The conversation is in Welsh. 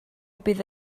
bydd